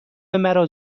مرا